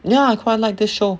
ya quite like this show